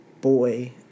boy